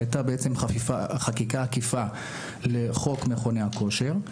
כשהיתה חקיקה עקיפה לחוק מכוני הכושר,